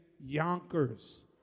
Yonkers